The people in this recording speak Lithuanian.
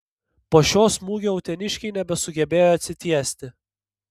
po šio smūgio uteniškiai nebesugebėjo atsitiesti